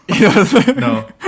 no